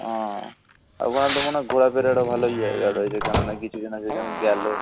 ও ওখানে তো মনে হয় ঘোরা ফেরারও ভালোই জায়গা রয়েছে কেননা কিছু জনা সেখানে গেলো